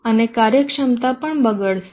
અને કાર્યક્ષમતા પણ બગડશે